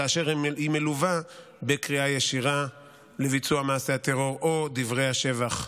כאשר הוא מלווה בקריאה ישירה לביצוע מעשי הטרור או דברי השבח,